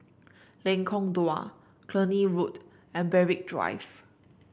Lengkong Dua Cluny Road and Berwick Drive